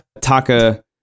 taka